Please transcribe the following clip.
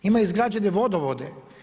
Imaju izgrađene vodovode.